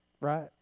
right